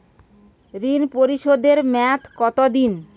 ঋণ পরিশোধের মেয়াদ কত দিন?